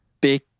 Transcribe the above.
big